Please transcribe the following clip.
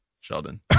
Sheldon